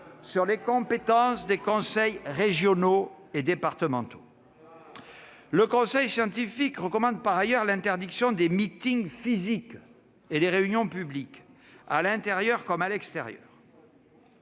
sur les compétences des conseils régionaux et départementaux. Le conseil scientifique recommande, en outre, l'interdiction des meetings physiques et des réunions publiques, à l'intérieur comme à l'extérieur.